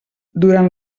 durant